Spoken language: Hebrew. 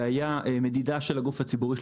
והייתה מדידה של הגוף הציבורי,